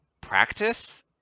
practice